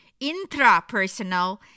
intrapersonal